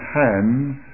hands